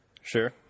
Sure